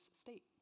state